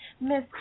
Miss